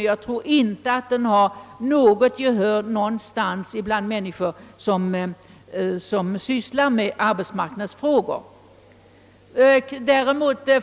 Jag tror inte att den har något gehör någonstans bland människor som sysslar med arbetsmarknadsfrågor.